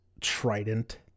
trident